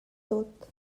tot